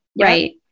Right